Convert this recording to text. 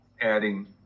adding